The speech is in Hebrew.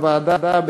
כנוסח הוועדה,